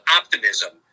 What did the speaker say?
optimism